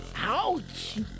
ouch